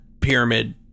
pyramid